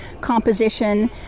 composition